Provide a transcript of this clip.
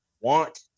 want